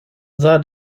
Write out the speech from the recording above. sah